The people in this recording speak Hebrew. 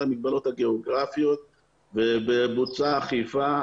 המגבלות הגיאוגרפיות ובתחילת הדרך בוצעה אכיפה.